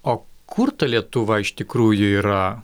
o kur ta lietuva iš tikrųjų yra